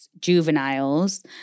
juveniles